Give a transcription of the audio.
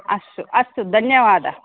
अस्तु अस्तु धन्यवादः